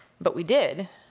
but we did,